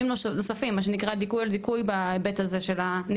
מה שנקרא דיכוי על דיכוי בהיבט הנגישות,